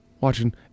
watching